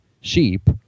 sheep